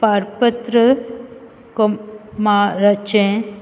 पारपत्र क्रमांकाचे